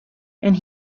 and